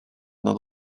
nad